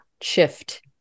shift